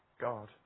God